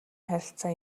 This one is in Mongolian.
харилцаа